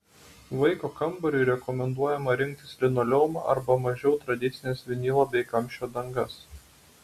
vaiko kambariui rekomenduojama rinktis linoleumą arba mažiau tradicines vinilo bei kamščio dangas